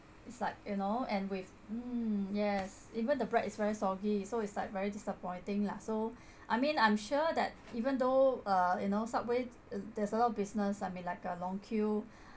it's like you know and with mm yes even the bread is very soggy so it's like very disappointing lah so I mean I'm sure that even though uh you know subway ther~ there's a lot of business I mean like uh long queue